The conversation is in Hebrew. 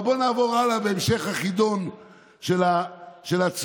אבל בואו נעבור הלאה בהמשך החידון של הצבועים.